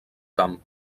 camp